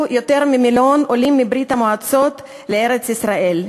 יותר ממיליון עולים מברית-המועצות לארץ-ישראל.